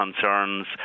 concerns